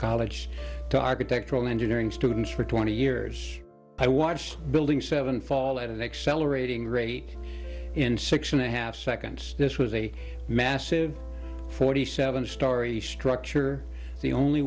college to architectural engineering students for twenty years i watched building seven fall at an accelerating rate in six and a half seconds this was a massive forty seven storey structure the only